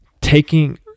Taking